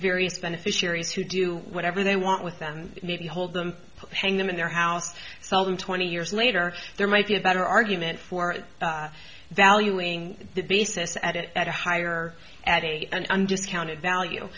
various beneficiaries who do whatever they want with them need to hold them hang them in their house sell them twenty years later there might be a better argument for valuing the basis at at a higher at a and undiscounted value